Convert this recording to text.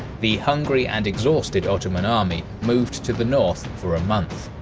the hungry and exhausted ottoman army moved to the north for a month.